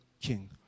king